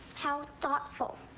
how thoughtful.